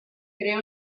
creó